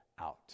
out